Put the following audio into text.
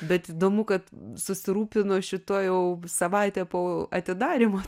bet įdomu kad susirūpino šituo jau savaitę po atidarymo